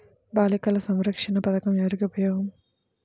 బాలిక సంరక్షణ పథకం ఎవరికి ఉపయోగము?